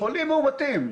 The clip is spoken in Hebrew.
חולים מאומתים.